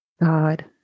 God